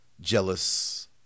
jealous